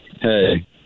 Hey